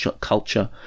culture